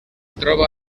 troba